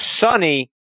sunny